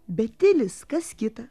bet tilis kas kita